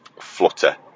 flutter